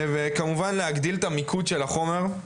וכמובן, להגדיל את המיקוד של החומר.